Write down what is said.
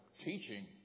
teaching